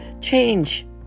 change